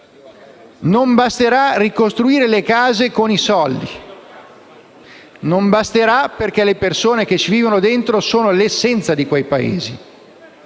Non basterà ricostruire le case con i soldi; non basterà perché le persone che ci vivono dentro sono l'essenza di quei paesi.